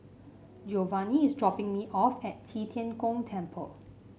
Giovanny is dropping me off at Qi Tian Gong Temple